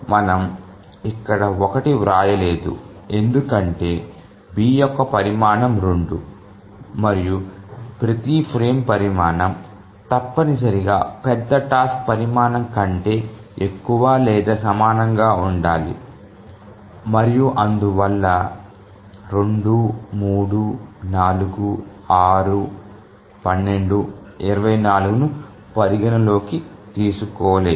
మనము ఇక్కడ 1 వ్రాయలేదు ఎందుకంటే B యొక్క పరిమాణం 2 మరియు ప్రతి ఫ్రేమ్ పరిమాణం తప్పనిసరిగా పెద్ద టాస్క్ పరిమాణం కంటే ఎక్కువ లేదా సమానంగా ఉండాలి మరియు అందువల్ల 2 3 4 6 12 24 ను పరిగణనలోకి తీసుకోలేదు